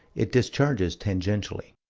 it discharges tangentially.